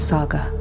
Saga